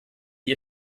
die